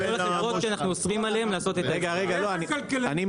שאנחנו אוסרים עליהם לעשות את ה --- אני מנסה